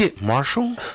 Marshall